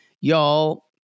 Y'all